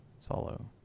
Solo